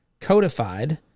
codified